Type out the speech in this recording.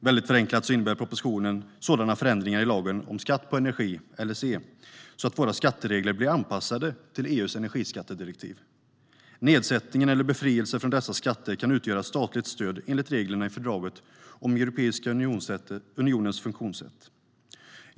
Väldigt förenklat innebär propositionen förändringar i lagen om skatt på energi, LSE. Våra skatteregler anpassas till EU:s energiskattedirektiv. Nedsättning eller befrielser från dessa skatter kan utgöra statligt stöd, enligt reglerna i fördraget om Europeiska unionens funktionssätt.